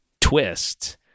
twist